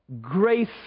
Grace